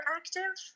active